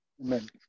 Amen